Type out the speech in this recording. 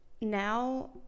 now